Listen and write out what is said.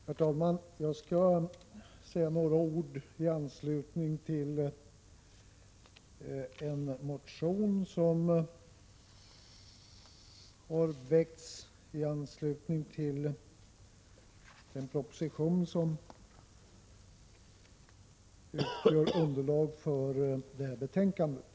Herr talman! Jag skall säga några ord i anslutning till en motion som jag och andra ledamöter har väckt med anledning av den proposition som utgör underlag för det aktuella betänkandet.